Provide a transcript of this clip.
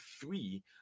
three